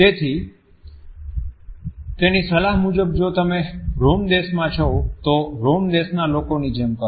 તેથી તેની સલાહ મુજબ જો તમે રોમ દેશ માં છો તો રોમ દેશ ના લોકો ની જેમ કરો